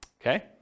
okay